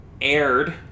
aired